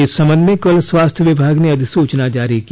इस संबंध में कल स्वास्थ्य विभाग ने अधिसूचना जारी की